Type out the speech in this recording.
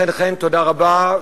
חן חן, תודה רבה.